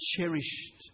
cherished